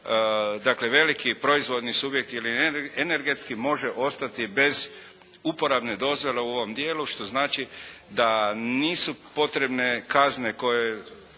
dakle veliki proizvodni subjekt ili energetski može ostati bez uporabne dozvole u ovom dijelu što znači da nisu potrebne kazne koje